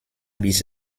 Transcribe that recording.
bis